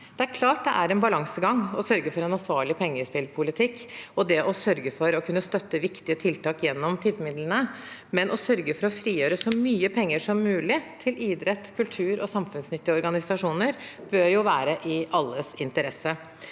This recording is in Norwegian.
Det er klart det er en balansegang mellom det å sørge for en ansvarlig pengespillpolitikk og det å sørge for å kunne støtte viktige tiltak gjennom tippemidlene. Men å sørge for å frigjøre så mye penger som mulig til idrett, kultur og samfunnsnyttige organisasjoner bør være i alles interesse.